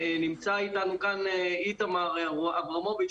נמצא איתנו כאן איתמר אברמוביץ',